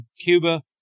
Cuba